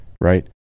Right